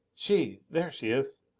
she there she is.